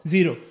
Zero